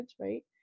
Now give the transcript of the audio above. right